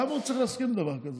למה הוא צריך להסכים לדבר כזה?